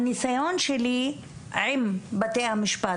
הניסיון שלי עם בתי המשפט,